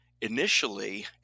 initially